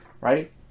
right